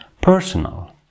personal